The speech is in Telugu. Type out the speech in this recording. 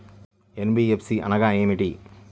ఎన్.బీ.ఎఫ్.సి అనగా ఏమిటీ?